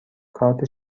کارت